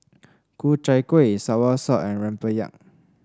Ku Chai Kuih soursop and rempeyek